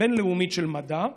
בין-לאומית של מדע,